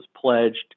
pledged